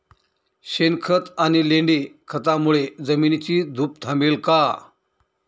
शेणखत आणि लेंडी खतांमुळे जमिनीची धूप थांबेल का?